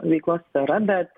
veiklos sfera bet